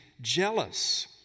jealous